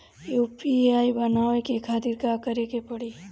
UPI बनावे के खातिर का करे के पड़ी?